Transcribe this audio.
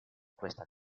questa